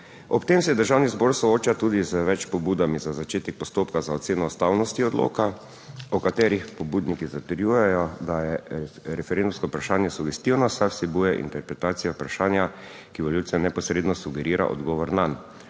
Ob tem se Državni zbor sooča tudi z več pobudami za začetek postopka za oceno ustavnosti odloka, o katerih pobudniki zatrjujejo, da je referendumsko vprašanje sugestivno, saj vsebuje interpretacija vprašanja, ki volivcem neposredno sugerira odgovor nanj.